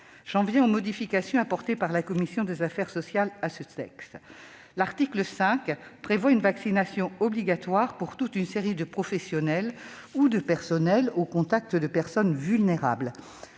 J'en viens aux modifications apportées par la commission des affaires sociales. L'article 5 prévoit la vaccination obligatoire des catégories de professionnels ou de personnel en contact avec des personnes vulnérables.